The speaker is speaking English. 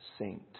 saint